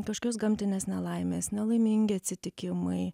kažkokios gamtinės nelaimės nelaimingi atsitikimai